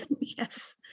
Yes